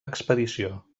expedició